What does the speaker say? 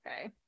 Okay